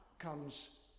comes